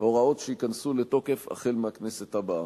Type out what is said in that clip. הוראות שייכנסו לתוקף החל מהכנסת הבאה.